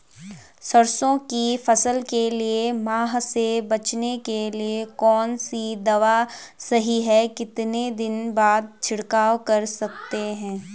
सरसों की फसल के लिए माह से बचने के लिए कौन सी दवा सही है कितने दिन बाद छिड़काव कर सकते हैं?